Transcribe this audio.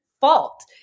fault